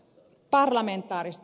parlamentaarista